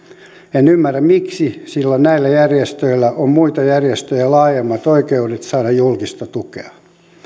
en ymmärrä miksi sillä näillä järjestöillä on muita järjestöjä laajemmat oikeudet saada julkista tukea